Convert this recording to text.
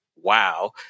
wow